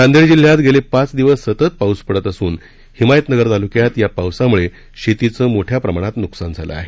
नांदेड जिल्ह्यात गेले पाच दिवस सतत पाऊस पडत असून हिमायतनगर तालुक्यात या पावसामुळे शेतीचं मोठ्या प्रमाणात नुकसान झालं आहे